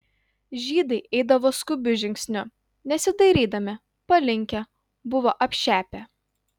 žydai eidavo skubiu žingsniu nesidairydami palinkę buvo apšepę